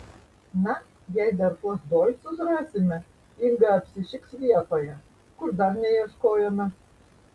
na jei dar tuos dolcus rasime inga apsišiks vietoje kur dar neieškojome